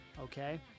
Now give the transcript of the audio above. okay